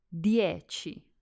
Dieci